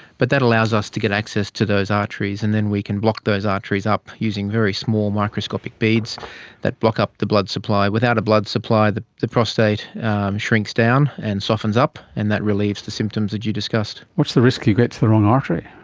but that allows us to get access to those arteries and then we can block those arteries up using very small microscopic beads that block up the blood supply. without a blood supply, the the prostate shrinks down and softens up and that relieves the symptoms that you discussed. what's the risk you'll get to the wrong artery?